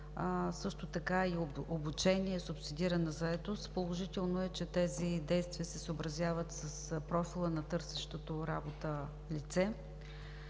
също така и обучение, субсидирана заетост. Положително е, че тези действия се съобразяват с профила на търсещото работа лице.